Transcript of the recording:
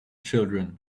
children